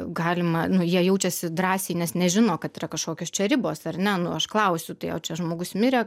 galima nu jie jaučiasi drąsiai nes nežino kad yra kažkokios čia ribos ar ne nu aš klausiu tai o čia žmogus mirė